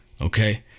okay